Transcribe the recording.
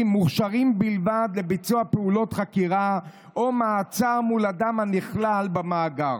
מוכשרים בלבד לביצוע פעולות חקירה או מעצר מול אדם הנכלל במאגר.